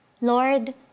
Lord